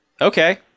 Okay